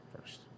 First